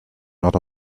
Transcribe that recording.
not